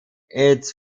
its